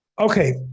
Okay